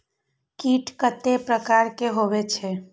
कीट कतेक प्रकार के होई छै?